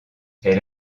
elle